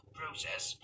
process